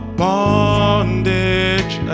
bondage